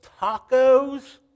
tacos